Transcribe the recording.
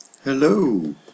Hello